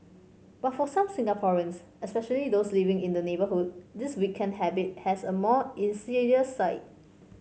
but for some Singaporeans especially those living in the neighbourhood this weekend habit has a more insidious side